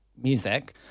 Music